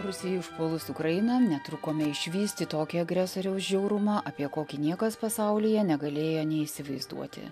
rusijai užpuolus ukrainą netrukome išvysti tokį agresoriaus žiaurumą apie kokį niekas pasaulyje negalėjo nė įsivaizduoti